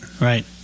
right